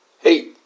Hey